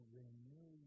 renew